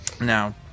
Now